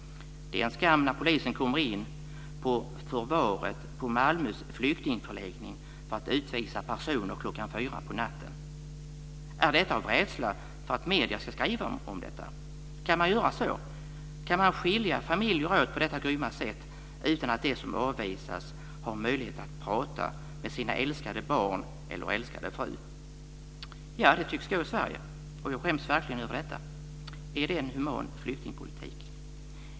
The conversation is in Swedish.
Det är en skam när polisen kommer in på förvaret på Malmös flyktingförläggning för att utvisa personer klockan fyra på natten. Sker detta av rädsla för att medierna ska skriva om det? Kan man göra så? Kan man skilja familjer åt på detta grymma sätt, utan att de som avvisas har möjlighet att prata med sina älskade barn eller sin älskade fru? Ja, det tycks gå i Sverige. Jag skäms verkligen över detta. Är det en human flyktingpolitik?